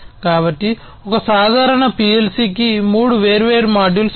కాబట్టి ఒక సాధారణ PLC కి మూడు వేర్వేరు మాడ్యూల్స్ ఉన్నాయి